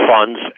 funds